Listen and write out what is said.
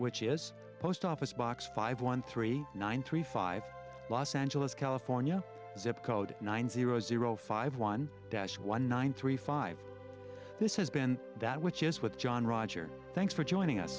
which is post office box five one three one three five los angeles california zip code nine zero zero five one dash one nine three five this has been that which is with john roger thanks for joining us